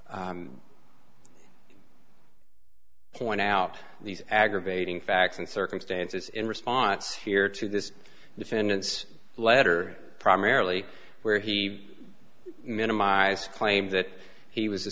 to point out these aggravating facts and circumstances in response here to this defendant's letter primarily where he minimized claims that he was